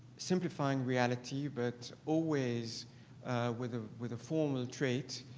simplifying reality, but always with a with a formal trait.